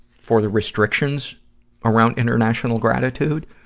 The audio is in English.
for the restrictions around international gratitude,